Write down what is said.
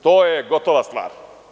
To je gotova stvar.